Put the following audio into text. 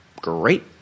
Great